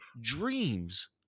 dreams